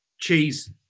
Cheese